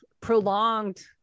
prolonged